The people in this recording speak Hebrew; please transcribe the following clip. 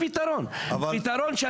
לא כל אחד ישחק בקרטון,